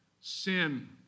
sin